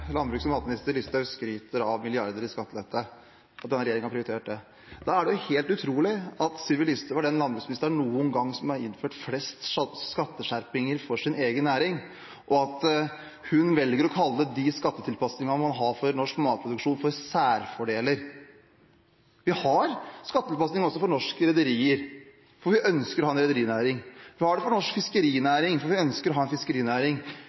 matminister Listhaug skryter av at denne regjeringen har prioritert milliarder i skattelette. Da er det helt utrolig at Sylvi Listhaug er den landbruksministeren som noen gang har innført flest skatteskjerpinger for sin egen næring, og at hun velger å kalle de skattetilpasningene man har for norsk matproduksjon, for særfordeler. Vi har skattetilpasning også for norske rederier, for vi ønsker å ha en rederinæring. Vi har det for norsk fiskerinæring, for vi ønsker å ha en fiskerinæring.